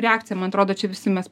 reakcija man atrodo čia visi mes